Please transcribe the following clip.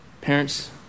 Parents